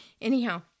anyhow